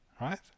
right